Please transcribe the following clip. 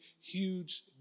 huge